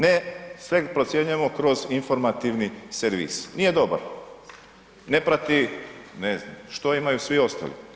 Ne, sve procjenjujemo kroz informativni servis, nije dobar, ne prati ne znam što imaju svi ostali.